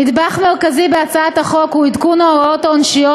נדבך מרכזי בהצעת החוק הוא עדכון ההוראות העונשיות